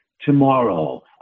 tomorrow